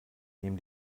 nehmen